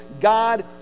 God